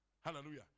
Hallelujah